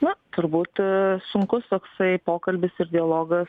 na turbūt sunkus toksai pokalbis ir dialogas